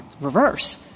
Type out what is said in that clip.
reverse